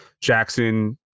Jackson